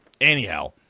Anyhow